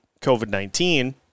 COVID-19